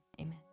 Amen